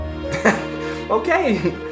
Okay